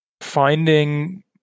finding